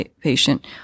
patient